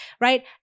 Right